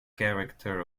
character